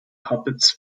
puppets